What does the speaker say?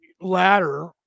ladder